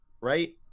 right